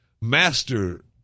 Master